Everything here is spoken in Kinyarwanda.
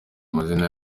amazina